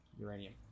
Uranium